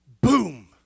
boom